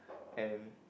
and